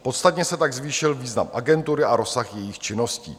Podstatně se tak zvýšil význam agentury a rozsah jejích činností.